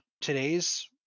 today's